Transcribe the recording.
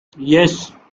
yes